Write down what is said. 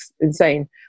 insane